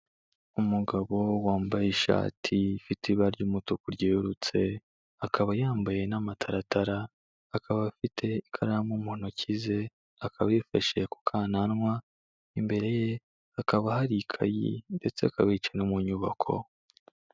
Umugabo wambaye ishati ifite ibara ry'umutuku ryerurutse, akaba yambaye n'amataratara, akaba afite ikaramu mu ntoki ze, akaba yifashe ku kananwa, imbere ye hakaba hari ikayi ndetse akaba yicaye no mu nyubako.